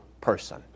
person